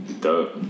Dope